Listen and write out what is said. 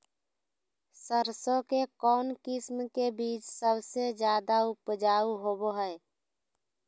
सरसों के कौन किस्म के बीच सबसे ज्यादा उपजाऊ होबो हय?